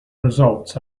results